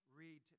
read